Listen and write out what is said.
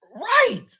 Right